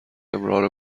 امرار